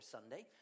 Sunday